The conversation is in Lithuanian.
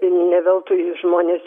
ne veltui žmonės